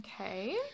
Okay